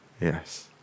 Yes